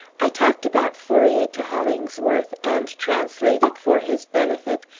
i talked about fourier to hollingsworth, and translated, for his benefit,